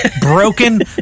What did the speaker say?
broken